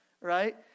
right